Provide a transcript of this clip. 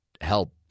help